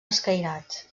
escairats